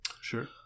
Sure